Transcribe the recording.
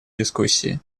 дискуссии